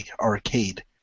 arcade